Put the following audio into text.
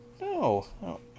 No